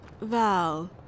Val